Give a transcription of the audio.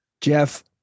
Jeff